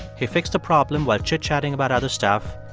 he fixed the problem while chitchatting about other stuff.